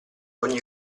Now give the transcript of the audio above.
ogni